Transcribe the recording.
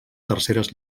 terceres